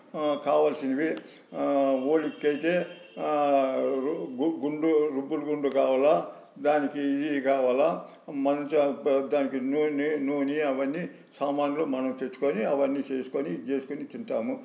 కావాల్సినవి ఓళిగకు అయితే గుండు రుబ్బు గుండు కావాలి దానికి ఇది కావాలి మంచి నూనె నూనె అవన్నీ సామానులు మనం తెచ్చుకొని అవన్నీ చేసుకొని ఇది చేసుకుని తింటాము